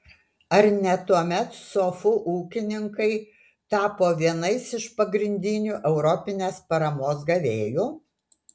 ar ne tuomet sofų ūkininkai tapo vienais iš pagrindinių europinės paramos gavėjų